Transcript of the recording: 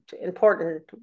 important